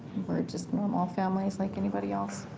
we're just normal families like anybody else,